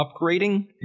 upgrading